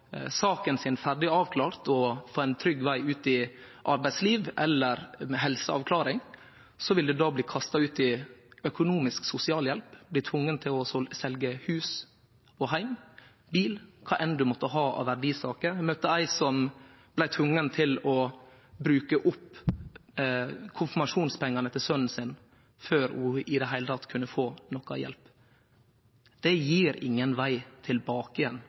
saka si ferdig avklart og få ein trygg veg ut i arbeidslivet eller ei helseavklaring, vil ein då bli kasta ut i økonomisk sosialhjelp, bli tvinga til å selje hus og heim, bil og kva enn ein måtte ha av verdisaker. Eg møtte ei som blei tvinga til å bruke opp konfirmasjonspengane til sonen sin før ho i det heile teke kunne få noka hjelp. Det gjev ingen veg tilbake igjen,